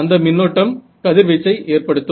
அந்த மின்னோட்டம் கதிர்வீச்சை ஏற்படுத்தும்